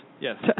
Yes